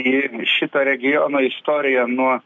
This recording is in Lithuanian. į šito regiono istoriją nuo